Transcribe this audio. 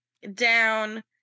down